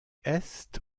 est